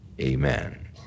Amen